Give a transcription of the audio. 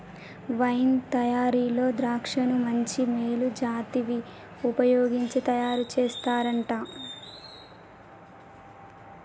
wine తయారీలో ద్రాక్షలను మంచి మేలు జాతివి వుపయోగించి తయారు చేస్తారంట